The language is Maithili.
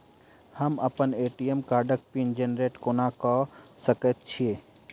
हम अप्पन ए.टी.एम कार्डक पिन जेनरेट कोना कऽ सकैत छी?